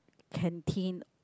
canteen